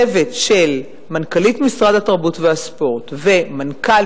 צוות של מנכ"לית משרד התרבות והספורט ומנכ"ל